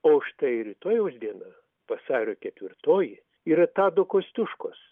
o štai rytojaus diena vasario ketvirtoji yra tado kosciuškos